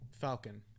Falcon